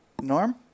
Norm